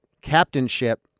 captainship